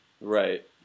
Right